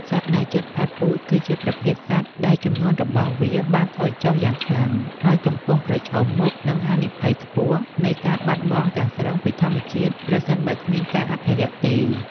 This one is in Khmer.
សត្វដែលជិតផុតពូជ គឺជាប្រភេទសត្វដែលចំនួនរបស់វាបានថយចុះយ៉ាងខ្លាំង ហើយកំពុងប្រឈមមុខនឹងហានិភ័យខ្ពស់នៃការបាត់បង់ទាំងស្រុងពីធម្មជាតិ ប្រសិនបើគ្មានការអភិរក្សទេ។